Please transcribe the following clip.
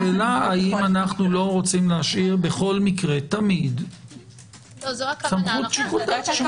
השאלה אם אנו לא רוצים להשאיר תמיד סמכות שיקול דעת.